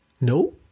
no